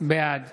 בעד